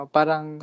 Parang